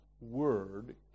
word